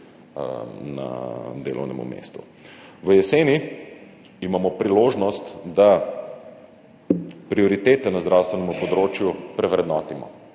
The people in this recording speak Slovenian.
na delovnem mestu. V jeseni imamo priložnost, da prioritete na zdravstvenem področju prevrednotimo.